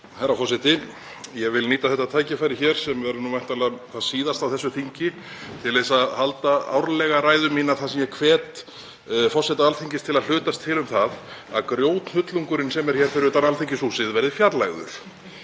Herra forseti. Ég vil nýta þetta tækifæri hér, sem verður væntanlega það síðasta á þessu þingi, til að halda árlega ræðu mína þar sem ég hvet forseta Alþingis til að hlutast til um það að grjóthnullungurinn sem er hér fyrir utan Alþingishúsið verði fjarlægður.